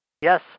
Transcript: yes